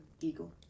eagle